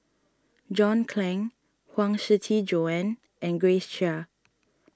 John Clang Huang Shiqi Joan and Grace Chia